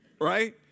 Right